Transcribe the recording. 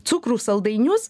cukrų saldainius